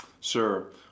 sure